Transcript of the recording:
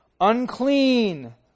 Unclean